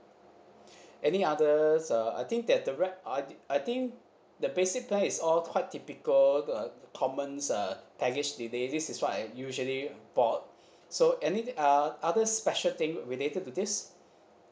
any others uh I think that the right I I think the basic plan is all quite typical uh commons uh package delay this is what I usually bought so any uh other special thing related to this